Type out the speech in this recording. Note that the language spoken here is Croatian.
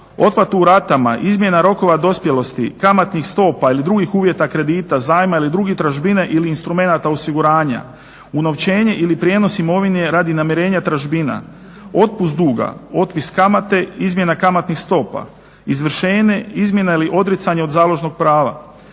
otplatu u ratama, izmjena rokova dospjelosti, kamatnih stopa ili drugih uvjeta kredita, zajma ili druge tražbine ili instrumenata osiguranja, unovčenje ili prijenos imovine radi namirenja tražbina, otpust duga, otpis kamate, izmjena kamatnih stopa, izvršenje izmjena ili odricanje od založnog prava